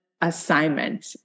assignment